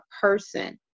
person